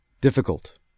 difficult